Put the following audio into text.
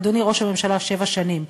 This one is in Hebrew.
אדוני ראש הממשלה שבע שנים,